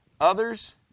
others